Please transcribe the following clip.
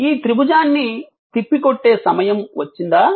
ఈ త్రిభుజాన్ని తిప్పికొట్టే సమయం వచ్చిందా